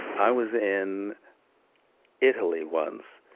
i was in italy once,